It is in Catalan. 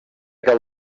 cal